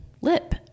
lip